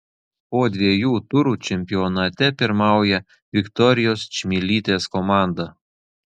po dviejų turų čempionate pirmauja viktorijos čmilytės komanda